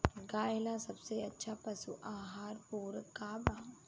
गाय ला सबसे अच्छा पशु आहार पूरक का बा?